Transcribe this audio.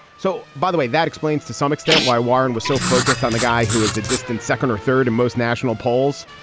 so, by the way, that explains to some extent why warren was so focused on the guy who is a distant second or third in most national polls.